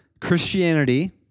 Christianity